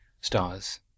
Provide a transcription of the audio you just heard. stars